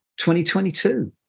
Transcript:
2022